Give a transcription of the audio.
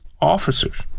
officers